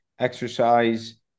exercise